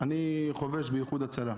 אני חובש באיחוד הצלה,